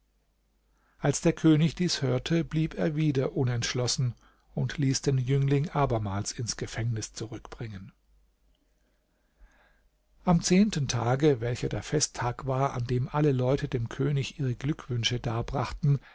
als der könig dies hörte blieb er wieder unentschlossen und ließ den jüngling abermals ins gefängnis zurückbringen am zehnten tage welcher der festtag war an dem alle leute dem könig ihre glückwünsche darbrachten